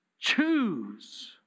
Choose